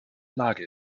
lage